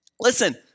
Listen